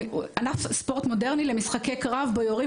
ענף ספורט מודרני למשחקי קרב בו יורים